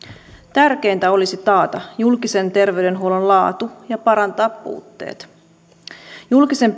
tärkeintä olisi taata julkisen terveydenhuollon laatu ja parantaa puutteet julkisen